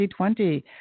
2020